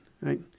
right